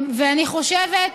ואני חושבת,